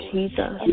Jesus